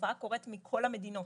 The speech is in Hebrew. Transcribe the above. התופעה קורית מכל המדינות,